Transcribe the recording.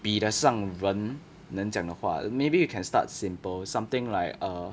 比得上人能讲的话 maybe we can start simple something like err